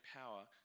power